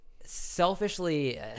selfishly